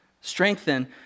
Strengthen